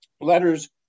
letters